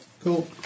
Cool